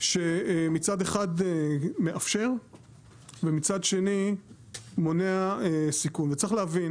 שמצד אחד מאפשר ומצד שני מונע סיכון, וצריך להבין